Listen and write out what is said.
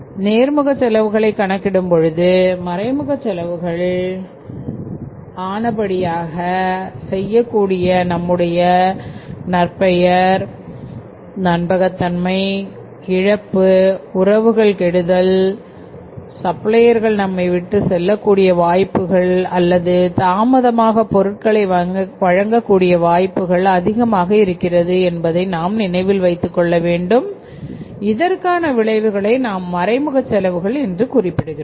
நேர்முக செலவுகளை கணக்கிடும் பொழுது மறைமுக செலவுகள் ஆன படிப்படியாக செய்யக்கூடிய நம்முடைய நற்பெயர் நம்பகத் தன்மை இழப்பு உறவுகள் கெடுதல் சப்ளையர்கள் நம்மை விட்டு செல்லக்கூடிய வாய்ப்புகள் அல்லது தாமதமாக பொருட்களை வழங்க கூடிய வாய்ப்புகள் அதிகமாக இருக்கிறது என்பதை நாம் நினைவில் வைக்க வேண்டும் இதற்கான விளைவுகளை நாம் மறைமுக செலவுகள் என்று குறிப்பிடுகிறோம்